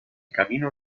camino